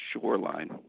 shoreline